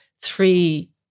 three